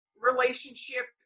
relationship